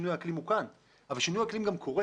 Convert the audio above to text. הוא כאן אבל שינוי האקלים גם קורה